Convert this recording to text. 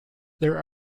there